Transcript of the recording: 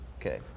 okay